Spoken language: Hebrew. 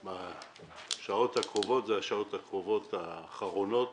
השעות הקרובות הן שעות הדיון האחרונות